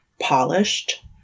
polished